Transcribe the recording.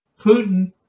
Putin